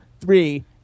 three